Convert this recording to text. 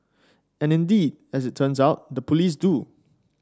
and indeed as it turns out the police do